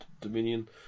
Dominion